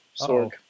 Sork